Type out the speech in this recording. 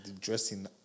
dressing